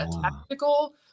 tactical